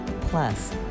Plus